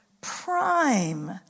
Prime